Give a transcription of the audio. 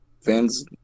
fans